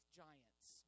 giants